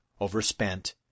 overspent